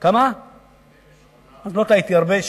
78%. לא טעיתי הרבה,